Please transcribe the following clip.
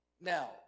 Now